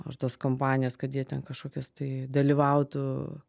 ar tos kompanijos kad jie ten kažkokias tai dalyvautų